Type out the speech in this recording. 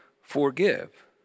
forgive